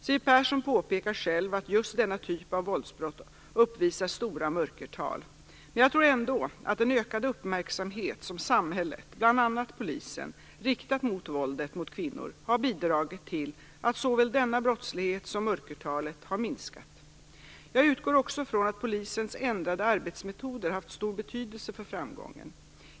Siw Persson påpekar själv att just denna typ av våldsbrott uppvisar stora mörkertal. Men jag tror ändå att den ökade uppmärksamhet som samhället, bl.a. polisen, riktat mot våldet mot kvinnor, har bidragit till att såväl denna brottslighet som mörkertalet har minskat. Jag utgår också från att polisens ändrade arbetsmetoder har haft stor betydelse för framgången.